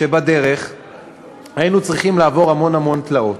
שבדרך היינו צריכים לעבור המון המון תלאות,